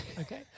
Okay